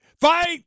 Fight